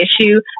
issue